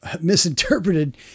misinterpreted